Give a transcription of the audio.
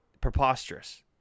preposterous